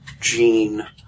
gene